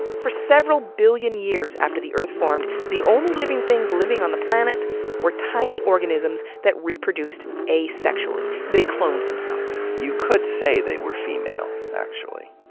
for several billion years after the earth formed, the only living things living on the planet were tiny organisms that reproduced asexually. they cloned themselves. you could say they were female, actually.